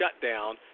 shutdown